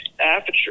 aperture